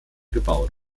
gebaut